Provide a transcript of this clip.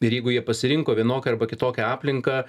ir jeigu jie pasirinko vienokią arba kitokią aplinką